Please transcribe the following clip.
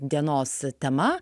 dienos tema